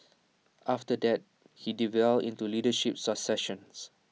after that he delved into leadership successions